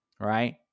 right